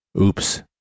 Oops